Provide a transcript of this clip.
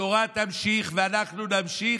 התורה תמשיך ואנחנו נמשיך,